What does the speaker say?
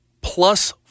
plus